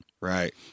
Right